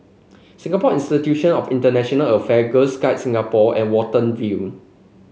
Singapore Institution of International Affair Girls Guides Singapore and Watten View